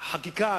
חקיקה,